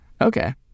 Okay